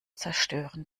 zerstören